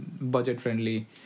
budget-friendly